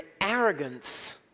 arrogance